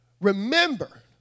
Remember